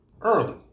early